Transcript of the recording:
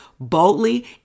Boldly